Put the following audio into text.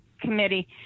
Committee